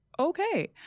Okay